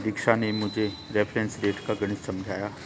दीक्षा ने मुझे reference rate का गणित समझाया